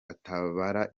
atabara